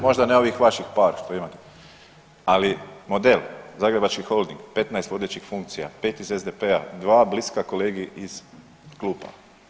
Možda ne ovih vaših par što imate, ali model Zagrebački holding, 15 vodećih funkcija, 5 iz SDP-a, 2 bliska kolegi iz klupa.